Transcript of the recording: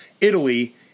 Italy